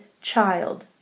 child